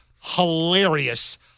hilarious